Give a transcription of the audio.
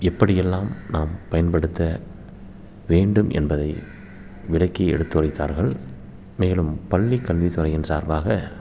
எப்படியெல்லாம் நாம் பயன்படுத்த வேண்டும் என்பதை விளக்கி எடுத்துரைத்தார்கள் மேலும் பள்ளிக் கல்வித்துறையின் சார்பாக